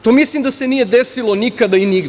To mislim da se nije desilo nikada i nigde.